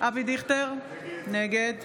אבי דיכטר, נגד